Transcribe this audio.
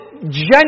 genuine